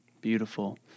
beautiful